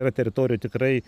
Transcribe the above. yra teritorijų tikrai